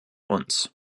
uns